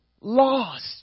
Lost